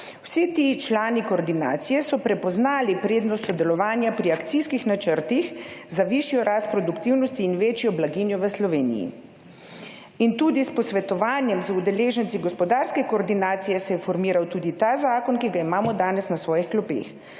Vsi ti člani koordinacije so prepoznali prednost sodelovanja pri akcijskih načrtih za višjo rast produktivnosti in večjo blaginjo v Sloveniji in tudi s posvetovanjem z udeleženci gospodarske koordinacije se je formiral tudi ta zakon, ki ga imamo danes na svojih klopeh.